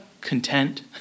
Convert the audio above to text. content